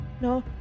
no